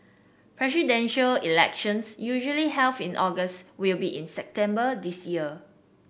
Presidential Elections usually in August will be in September this year